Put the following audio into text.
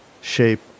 shape